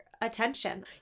attention